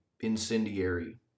incendiary